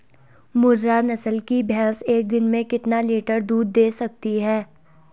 मुर्रा नस्ल की भैंस एक दिन में कितना लीटर दूध दें सकती है?